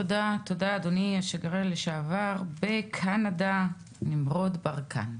תודה רבה אדוני, השגריר לשעבר בקנדה, נמרוד ברקן.